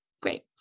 Great